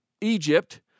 Egypt